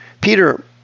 Peter